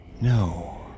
No